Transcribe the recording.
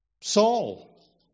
Saul